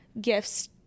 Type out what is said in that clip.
gifts